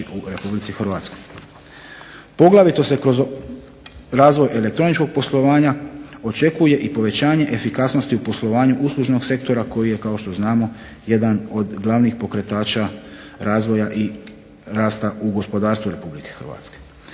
u Republici Hrvatskoj. Poglavito se kroz razvoj elektroničkog poslovanja očekuje i povećanje efikasnosti u poslovanju uslužnog sektora koji je kao što znamo jedan od glavnih pokretača razvoja i rasta u gospodarstvu Republike Hrvatske.